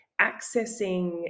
accessing